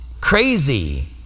crazy